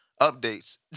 updates